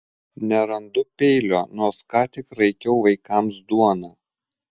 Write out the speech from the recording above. nerandu peilio nors ką tik raikiau vaikams duoną